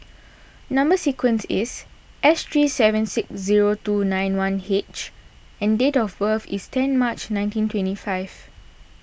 Number Sequence is S three seven six zero two nine one H and date of birth is ten March nineteen twenty five